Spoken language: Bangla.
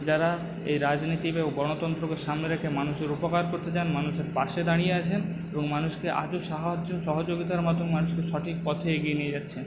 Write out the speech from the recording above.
যারা এই রাজনীতি বা গণতন্ত্রকে সামনে রেখে মানুষের উপকার করতে যান মানুষের পাশে দাঁড়িয়ে আছেন এবং মানুষকে আজও সাহায্য সহযোগিতার মাধ্যমে মানুষকে সঠিক পথে এগিয়ে নিয়ে যাচ্ছেন